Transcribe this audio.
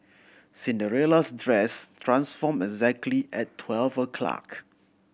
Cinderella's dress transformed exactly at twelve o'clock